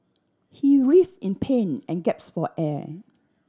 he writhe in pain and gaps for air